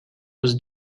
was